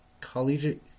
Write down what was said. Collegiate